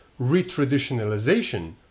retraditionalization